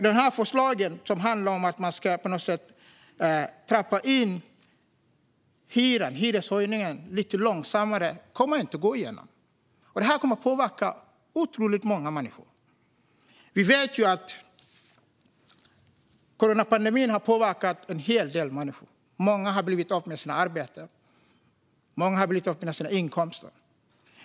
Det förslag som handlar om att hyreshöjningarna ska ske lite långsammare kommer inte att gå igenom. Detta kommer att påverka otroligt många människor. Vi vet att coronapandemin har påverkat en hel del människor. Många har blivit av med sina arbeten, och många har blivit av med sina inkomster.